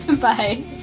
Bye